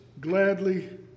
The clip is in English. gladly